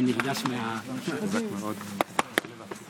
אני אעשה זאת מכאן, ברשותכם.